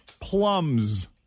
Plums